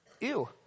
ew